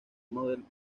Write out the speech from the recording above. model